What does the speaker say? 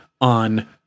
on